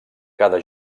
cada